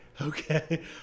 okay